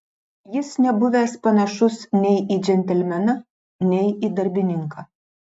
jis nebuvęs panašus nei į džentelmeną nei į darbininką